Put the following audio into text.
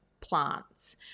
plants